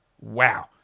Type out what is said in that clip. Wow